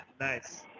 Nice